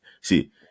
see